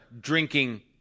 drinking